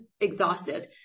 exhausted